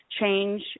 change